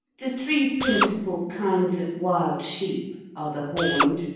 the three principal kinds of wild sheep are the horned,